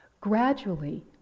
Gradually